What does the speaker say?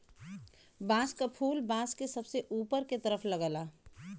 बांस क फुल बांस के सबसे ऊपर के तरफ लगला